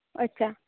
ᱟᱪᱪᱷᱟ